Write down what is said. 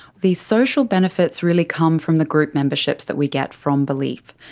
the social benefits really come from the group memberships that we get from belief.